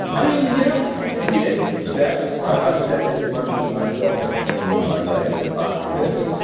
i mean yeah he did that. i've said as much myself in my writings on this.